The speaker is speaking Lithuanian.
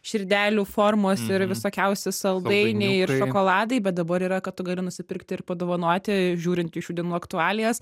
širdelių formos ir visokiausi saldainiai ir šokoladai dabar yra kad tu gali nusipirkti ir padovanoti žiūrint į šių dienų aktualijas